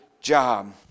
job